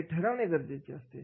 हे ठरवणे गरजेचे असते